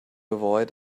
avoid